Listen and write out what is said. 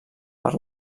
per